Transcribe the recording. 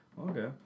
okay